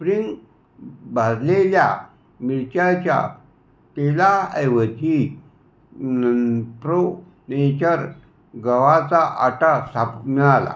spring भाजलेल्या मिरच्याच्या तेलाऐवजी प्रो नेचर गव्हाचा आटा साप मिळाला